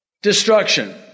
destruction